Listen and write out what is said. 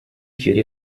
fiori